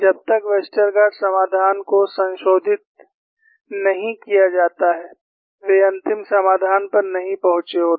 जब तक वेस्टरगार्ड समाधान को संशोधित नहीं किया जाता है वे अंतिम समाधान पर नहीं पहुंचे होते